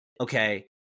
Okay